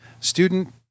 Student